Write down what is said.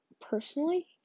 personally